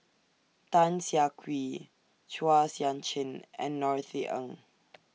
Tan Siah Kwee Chua Sian Chin and Norothy Ng